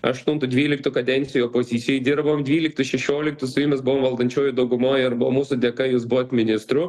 aštuntų dvyliktų kadencijoj opozicijoj dirbom dvyliktų šešioliktų su jumis buvo valdančiojoj daugumoj ir buvo mūsų dėka jūs buvot ministru